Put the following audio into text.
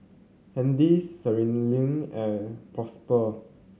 Handy Sherilyn and Prosper